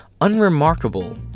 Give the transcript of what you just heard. unremarkable